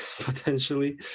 potentially